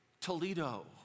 Toledo